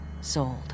sold